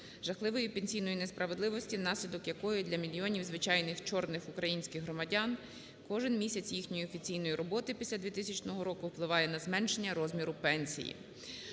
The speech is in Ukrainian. жахливої пенсійної несправедливості, внаслідок якої для мільйонів звичайних "чорних" українських громадян кожен місяць їхньої офіційної роботи після 2000 року впливає на зменшення розміру пенсії.